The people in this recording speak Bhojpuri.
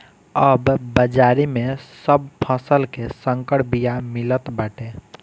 अब बाजारी में सब फसल के संकर बिया मिलत बाटे